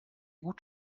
gut